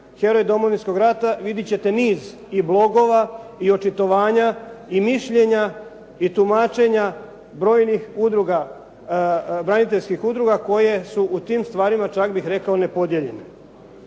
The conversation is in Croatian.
heroj Domovinskog rata vidjet ćete niz i blogova i očitovanja i mišljenja, i tumačenja brojnih braniteljskih udruga koje su u tim stvarima čak bih rekao nepodijeljene.